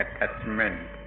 attachment